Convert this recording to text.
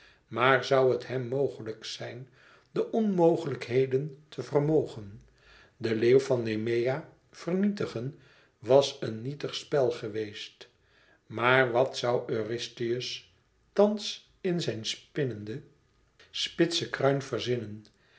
maar zoû het hem mogelijk zijn de onmogelijkheden te vermogen den leeuw van nemea vernietigen was een nietig spel geweest maar wat zoû eurystheus thans in zijn spinnenden spitsen kruin verzinnen